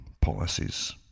policies